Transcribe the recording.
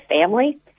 family